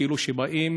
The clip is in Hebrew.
כאילו באים